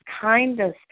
kindness